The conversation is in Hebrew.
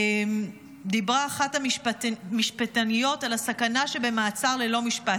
דיברה אחת המשפטניות על הסכנה שבמעצר ללא משפט.